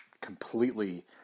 completely